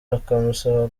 akamusaba